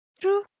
True